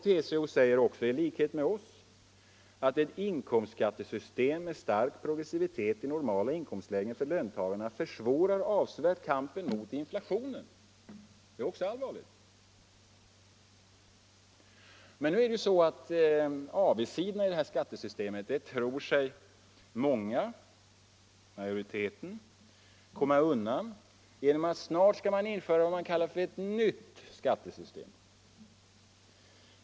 TCO säger också i likhet med oss att ett ”inkomstskattesystem med stark progressivitet i normala inkomstlägen för löntagare försvårar avsevärt kampen mot inflationen”. Det är också allvarligt. Många, t.o.m. majoriteten, tror sig komma undan avigsidorna i skattesystemet genom att det snart skall införas vad man kallar ett ”nytt” skattesystem.